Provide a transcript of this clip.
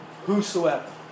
Whosoever